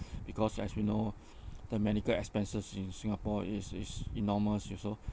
because as we know the medical expenses in singapore is is enormous uh so